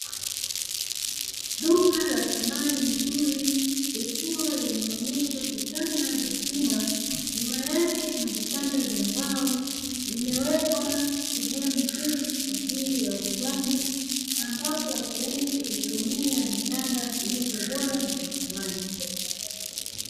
Duka la samani nzuri ikiwa imeonyesha vitanda vya chuma nyuma yake kuna vitanda vya mbao vimewekwa sehemu nzuri kwa ajili ya wauzaji, ambapo watu wengi hutumia vitanda vilivyo bora na vya thamani.